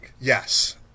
Yes